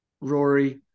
Rory